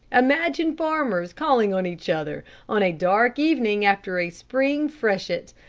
imagine farmers calling on each other on a dark evening after a spring freshet.